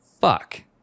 Fuck